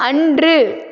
அன்று